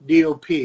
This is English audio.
DOP